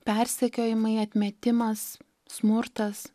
persekiojimai atmetimas smurtas